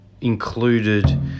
included